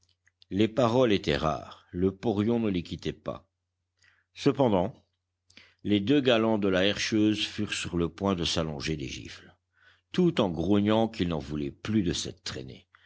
les paroles étaient rares le porion ne les quittait pas cependant les deux galants de la herscheuse furent sur le point de s'allonger des gifles tout en grognant qu'il n'en voulait plus de cette traînée